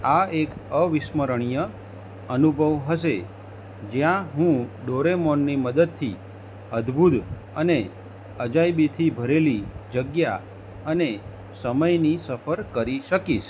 આ એક અવિસ્મરણીય અનુભવ હશે જ્યાં હું ડોરેમોનની મદદથી અદ્ભુત અને અજાયબીથી ભરેલી જગ્યા અને સમયની સફર કરી શકીશ